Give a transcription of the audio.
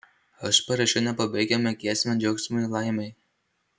aš parašiau nepabaigiamą giesmę džiaugsmui ir laimei